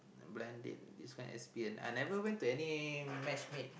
blind date that it's quite an experience I never went to any match made